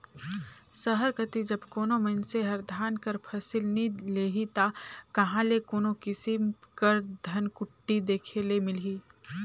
सहर कती जब कोनो मइनसे हर धान कर फसिल नी लेही ता कहां ले कोनो किसिम कर धनकुट्टी देखे ले मिलही